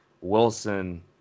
Wilson